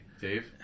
Dave